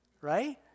right